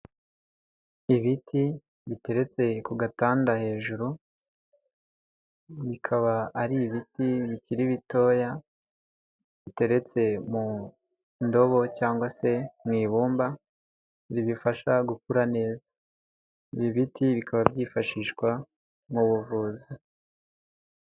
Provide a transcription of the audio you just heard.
Ibiti biteretse ku gatanda hejuru, bikaba ari ibiti bikiri bitoya biteretse mu ndobo cyangwa se mu ibumba ribifasha gukura neza. Ibi biti bikaba byifashishwa mu buvuzi.